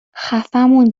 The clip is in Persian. خفهمون